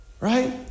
Right